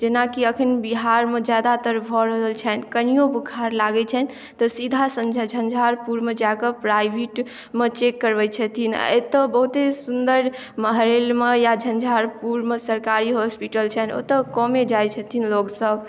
जेनाकि अखन बिहारमे जादातर भऽ रहल छनि कनियो बुखार लागै छनि तऽ सीधा झंझारपुरमे जाकऽ प्राइवेट मे चेक करबै छथिन आ एतौ बहुते सुंदर महरैलम या झंझारपुरमे सरकारी हॉस्पिटल छनि ओतौ कमे जाइ छथिन लोकसभ